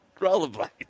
Rollerblades